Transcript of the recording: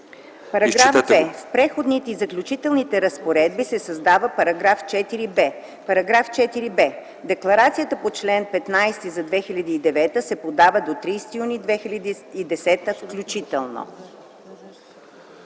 „§ 2. В Преходните и заключителните разпоредби се създава § 4б: „§ 4б. Декларацията по чл. 15 за 2009 г. се подава до 30 юни 2010 г. включително.”